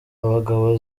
abagabo